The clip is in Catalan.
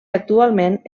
actualment